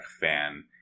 fan